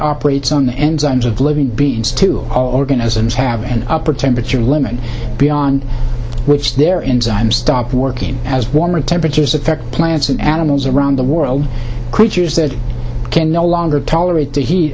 operates on the enzymes of living beings to all organisms have an upper temperature limit beyond which there in time stopped working as warmer temperatures affect plants and animals around the world creatures that can no longer tolerate the